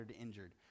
injured